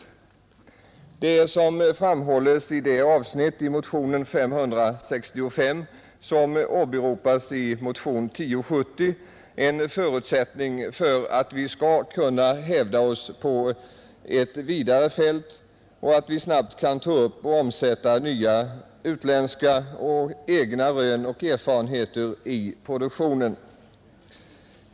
Det är som framhålles i det avsnitt av motion 565 som åberopas i motion 1070 en förutsättning för att vi skall kunna hävda oss på ett vidare fält, att vi snabbt kan ta upp och omsätta nya utländska och egna rön och erfarenheter i produktionen.